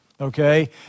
Okay